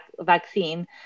vaccine